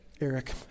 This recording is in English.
Eric